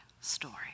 story